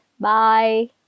Bye